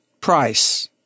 price